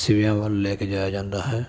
ਸਿਵਿਆਂ ਵੱਲ ਲੈ ਕੇ ਜਾਇਆ ਜਾਂਦਾ ਹੈ